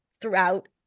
throughout